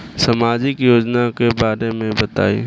सामाजिक योजना के बारे में बताईं?